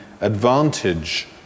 advantage